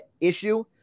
issue